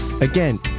Again